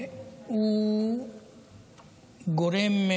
הוא גורם שלא עושה כלום.